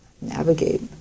Navigate